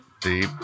deep